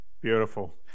Beautiful